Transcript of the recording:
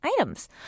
items